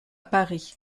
paris